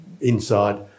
inside